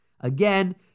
Again